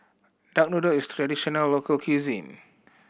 duck noodle is traditional local cuisine